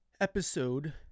episode